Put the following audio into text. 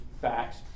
facts